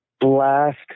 blast